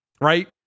right